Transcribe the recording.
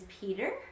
peter